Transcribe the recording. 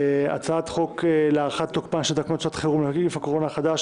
הצעת חוק להארכת תוקפן של תקנות שעת חירום (נגיף הקורונה החדש,